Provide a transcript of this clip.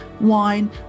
wine